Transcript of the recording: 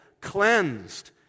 cleansed